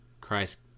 christ